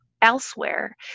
elsewhere